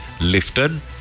lifted